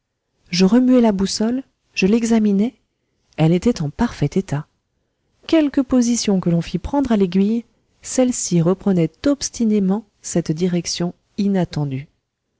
je remuai la boussole je l'examinai elle était en parfait état quelque position que l'on fît prendre à l'aiguille celle-ci reprenait obstinément cette direction inattendue